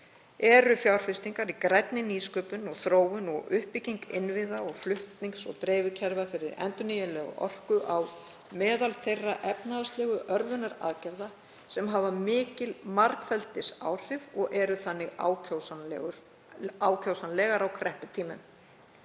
eru fjárfestingar í grænni nýsköpun og þróun og uppbygging innviða og flutnings- og dreifikerfa fyrir endurnýjanlega orku á meðal þeirra efnahagslegu örvunaraðgerða sem hafa mikil margfeldisáhrif og eru þannig ákjósanlegar á krepputímum.